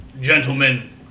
Gentlemen